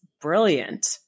brilliant